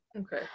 Okay